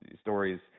stories